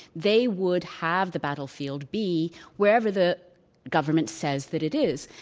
they would have the battle field be wherever the government says that it is.